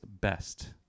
Best